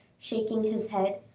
shaking his head,